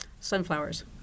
Sunflowers